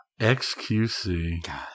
xqc